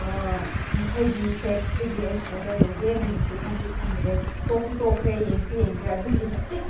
ꯃꯈꯣꯏꯒꯤ ꯄꯦꯁꯇꯒꯤ ꯑꯩꯅ ꯑꯣꯗꯔ ꯇꯧꯒꯦ ꯍꯥꯏꯅꯁꯨ ꯈꯟꯁꯨ ꯈꯟꯗ꯭ꯔꯦ ꯇꯣꯛꯁꯨ ꯇꯣꯛꯈ꯭ꯔꯦ ꯌꯦꯡꯁꯨ ꯌꯦꯡꯗ꯭ꯔꯦ ꯑꯗꯨꯛꯀꯤ ꯃꯇꯤꯛ